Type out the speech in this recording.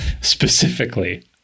specifically